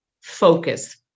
focus